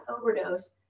overdose